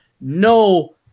no